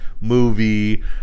movie